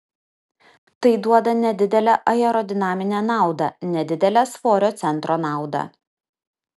tai duoda nedidelę aerodinaminę naudą nedidelę svorio centro naudą